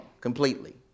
completely